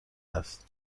است